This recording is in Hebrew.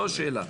זו השאלה.